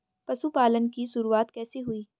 पशुपालन की शुरुआत कैसे हुई?